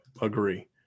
agree